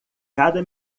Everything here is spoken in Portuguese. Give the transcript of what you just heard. cada